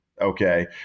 Okay